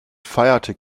feierte